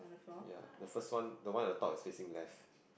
ya the first one the one at the top is facing left